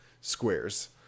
squares